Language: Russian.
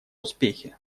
успехе